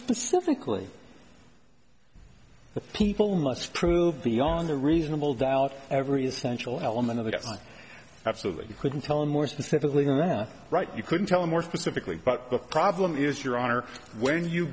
specifically the people must prove beyond a reasonable doubt every essential element of that absolutely couldn't tell and more specifically the yeah right you couldn't tell more specifically but the problem is your honor when you